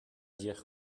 dire